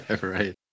Right